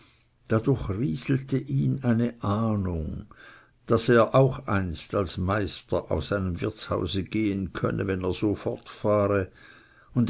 da durchrieselte ihn eine ahnung daß er auch einst als meister aus einem wirtshause gehen könne wenn er